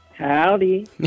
Howdy